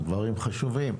דברים חשובים.